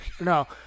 No